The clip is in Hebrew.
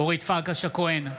אורית פרקש הכהן,